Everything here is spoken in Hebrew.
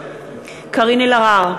קארין אלהרר,